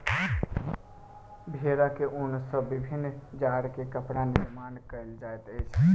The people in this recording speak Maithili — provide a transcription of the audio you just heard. भेड़क ऊन सॅ विभिन्न जाड़ के कपड़ा निर्माण कयल जाइत अछि